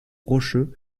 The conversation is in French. rocheux